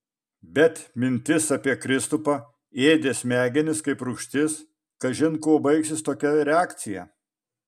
bet mintis apie kristupą ėdė smegenis kaip rūgštis kažin kuo baigsis tokia reakcija